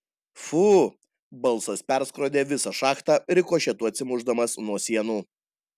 fu balsas perskrodė visą šachtą rikošetu atsimušdamas nuo sienų